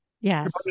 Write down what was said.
Yes